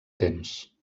temps